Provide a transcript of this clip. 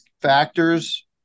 factors